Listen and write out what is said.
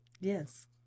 Yes